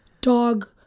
dog